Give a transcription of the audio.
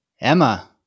Emma